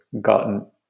gotten